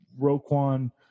Roquan